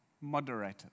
Moderator